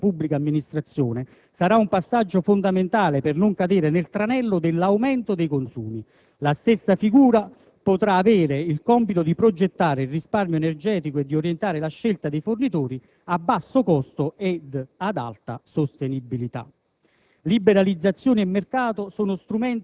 di servizi energetici, soprattutto rispetto alla pubblica amministrazione, sarà un passaggio fondamentale per non cadere nel tranello dell'aumento dei consumi. La stessa figura potrà avere il compito di progettare il risparmio energetico e di orientare la scelta dei fornitori a basso costo ed alta sostenibilità.